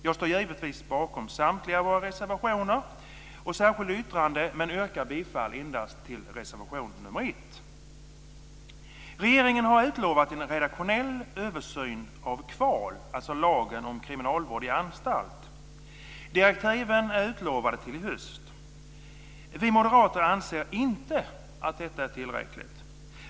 Jag står givetvis bakom samtliga våra reservationer och särskilda yttranden men yrkar endast bifall till reservation 1. Regeringen har utlovat en redaktionell översyn av Kval, lagen om kriminalvård i anstalt. Direktivet är utlovat till i höst. Vi moderater anser inte att detta är tillräckligt.